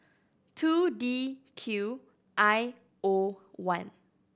two D Q I O one